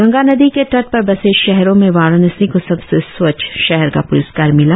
गंगा नदी के तट पर बसे शहरों में वाराणसी को सबसे स्वच्छ शहर का प्रस्कार मिला